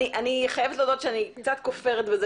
אני חייבת להודות שאני קצת כופרת בזה